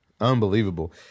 Unbelievable